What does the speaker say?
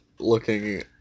Looking